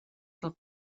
del